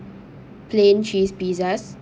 plain cheese pizzas